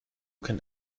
kann